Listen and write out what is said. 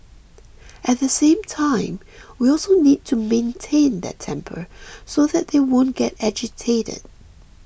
at the same time we also need to maintain their temper so that they won't get agitated